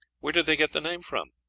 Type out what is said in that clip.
where did they get the name from?